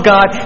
God